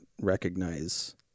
recognize